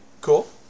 Cool